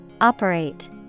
Operate